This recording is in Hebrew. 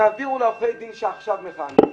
תעבירו לעורכי דין שעכשיו מכהנים.